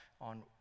on